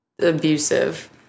abusive